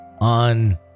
on